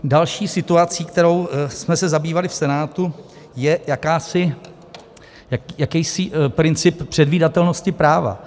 Další situací, kterou jsme se zabývali v Senátu, je jakýsi princip předvídatelnosti práva.